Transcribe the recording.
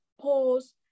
pause